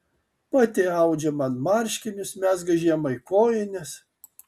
pati audžia man marškinius mezga žiemai kojines